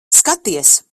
skaties